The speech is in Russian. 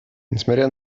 несмотря